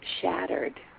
shattered